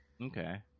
Okay